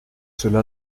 cela